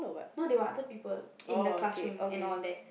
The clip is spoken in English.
no there were other people in the classroom and all that